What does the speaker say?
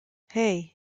hey